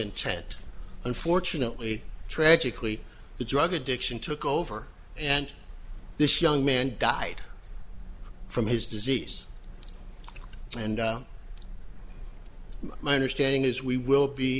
intent unfortunately tragically the drug addiction took over and this young man died from his disease and my understanding is we will be